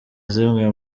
zimwe